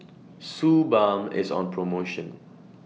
Suu Balm IS on promotion